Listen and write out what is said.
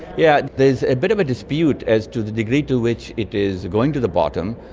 yeah there is a bit of a dispute as to the degree to which it is going to the bottom.